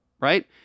right